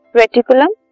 reticulum